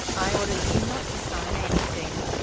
i order you not to sign anything,